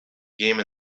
game